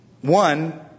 one